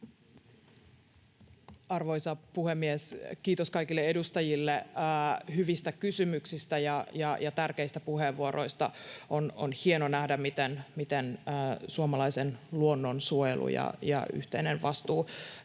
Arvoisa puhemies! Kiitos kaikille edustajille hyvistä kysymyksistä ja tärkeistä puheenvuoroista. On hieno nähdä, miten suomalainen luonnonsuojelu ja yhteinen vastuu